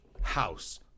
house